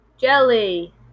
jelly